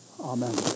Amen